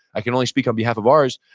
i can only speak on behalf of ours,